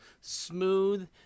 smooth